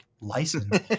license